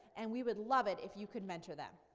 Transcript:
and we would love it if you could mentor them.